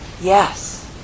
yes